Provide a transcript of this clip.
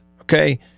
Okay